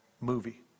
movie